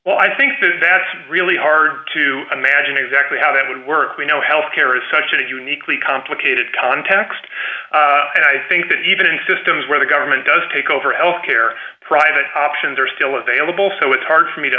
well i think that it's really hard to imagine exactly how that would work we know health care is such a uniquely complicated context and i think that even in systems where the government does take over health care private options are still available so it's hard for me to